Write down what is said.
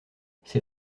c’est